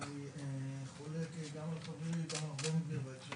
ואני חולק גם על חברי איתמר בן גביר בהקשר